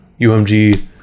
UMG